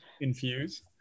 infuse